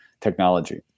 technology